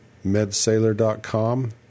MedSailor.com